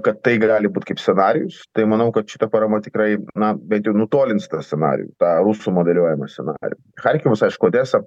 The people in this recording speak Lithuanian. kad tai gali būti kaip scenarijus tai manau kad šita parama tikrai na bent jau nutolins tą scenarijų tą rusų modeliuojamą scenarijų charkevas aišku odesa